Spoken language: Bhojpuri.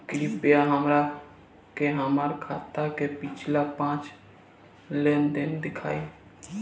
कृपया हमरा के हमार खाता के पिछला पांच लेनदेन देखाईं